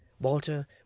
Walter